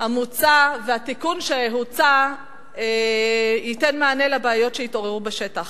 המוצע והתיקון שהוצע ייתנו מענה על הבעיות שהתעוררו בשטח.